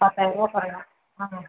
பத்தாயிரம் ரூபா குறையும் ஆ